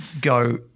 go